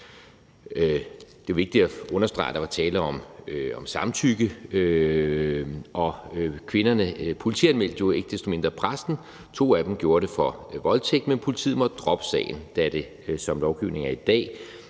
Det er vigtigt at understrege, at der var tale om samtykke. Kvinderne politianmeldte jo ikke desto mindre præsten – og to af dem gjorde det for voldtægt – men politiet måtte droppe sagen, da det, som lovgivningen er i dag,